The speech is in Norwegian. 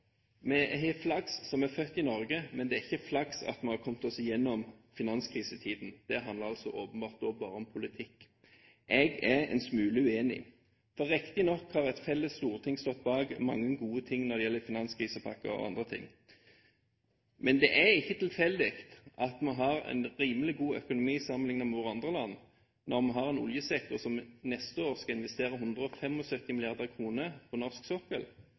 vi har kommet oss igjennom finanskrisetiden – det handlet da åpenbart bare om politikk. Jeg er en smule uenig. Riktignok har et felles storting stått bak mange gode ting når det gjelder finanskrisepakker og andre ting, men det er ikke tilfeldig at vi har en rimelig god økonomi sammenliknet med andre land når vi har en oljesektor som neste år skal investere 175 mrd. kr på norsk sokkel